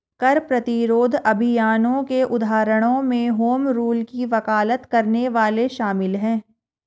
कर प्रतिरोध अभियानों के उदाहरणों में होम रूल की वकालत करने वाले शामिल हैं